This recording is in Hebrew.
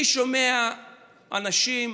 אני שומע אנשים,